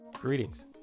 Greetings